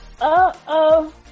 Uh-oh